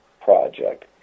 project